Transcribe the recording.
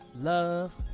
love